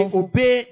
obey